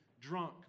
drunk